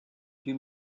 too